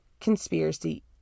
conspiracy